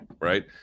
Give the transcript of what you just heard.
right